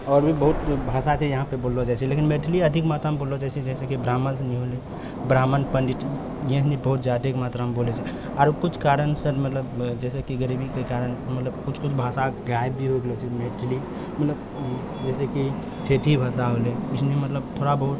आओर भी बहुत भाषा छै यहाँपर बोललो जाइ छै लेकिन मैथिली अधिक मात्रामे बोललो जाइ छै जैसेकि ब्राम्हण सबनी होलै ब्राम्हण पण्डित एहनी बहुत जादा ही मात्रामे बोलै छै आर कुछ कारणसँ मतलब जैसे कि गरीबीके कारण मतलब कुछ कुछ भाषा गायब भी हो रहलो छै मैथिली मतलब जैसेकि ठेठी भाषा होलो कुछ मतलब थोड़ा बहुत